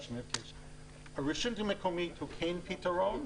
הרשות המקומית היא כן פתרון,